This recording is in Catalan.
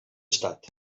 estat